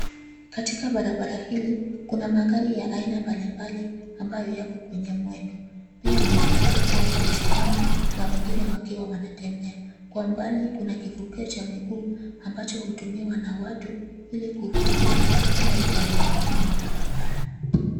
Katika barabara hili, kuna magari ya aina mbalimbali ambayo yako kwenye mwendo. Pia kuna watu ambao wamesimama na wengine wakiwa wanatembea. Kwa mbali kuna kivukio cha miguu ambacho hutumiwa na watu ili kuvukia kuenda upande mwingine wa barabara.